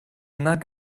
not